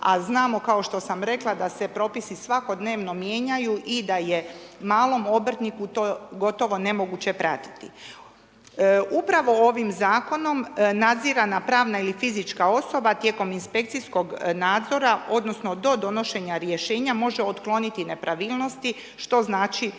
a znamo, kao što sam rekla, da se propisi svakodnevno mijenjaju i da je malom obrtniku to gotovo nemoguće pratiti. Upravo ovim zakonom, nadzirana pravna ili fizička osoba, tijekom inspekcijskog nadzora, odnosno, do donošenja rješenja, može otkloniti nepravilnosti, što znači,